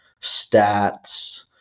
stats